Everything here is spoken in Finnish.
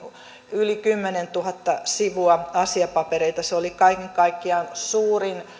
yli kymmenentuhatta sivua asiapapereita se oli kaiken kaikkiaan suurin